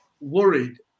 worried